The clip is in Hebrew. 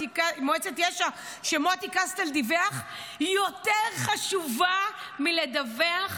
יש"ע שמוטי קסטל דיווח יותר חשובה מלדווח